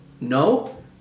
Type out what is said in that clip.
No